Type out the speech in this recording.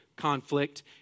conflict